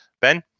Ben